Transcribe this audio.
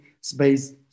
space